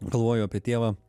galvoju apie tėvą